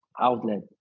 outlet